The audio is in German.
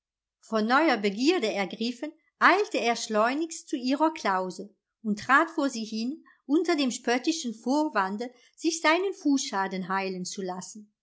von neuer begierde ergriffen eilte er schleunigst zu ihrer klause und trat vor sie hin unter dem spöttischen vorwande sich seinen fußschaden heilen zu lassen